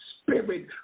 Spirit